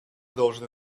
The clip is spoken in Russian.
должны